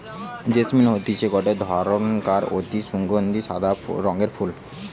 jasmine হতিছে গটে ধরণকার অতি সুগন্ধি সাদা রঙের ফুল